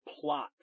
plot